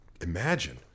imagine